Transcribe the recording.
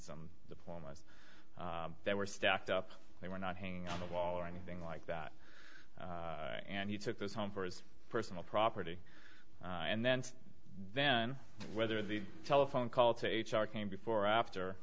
some diplomats that were stacked up they were not hanging on the wall or anything like that and he took his home for his personal property and then then whether the telephone call to h r came before or after